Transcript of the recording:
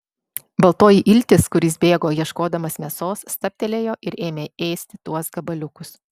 baltoji iltis kuris bėgo ieškodamas mėsos stabtelėjo ir ėmė ėsti tuos gabaliukus